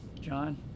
John